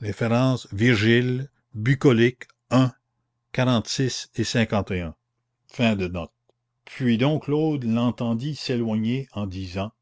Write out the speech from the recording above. senex puis dom claude l'entendit s'éloigner en disant